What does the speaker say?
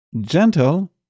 gentle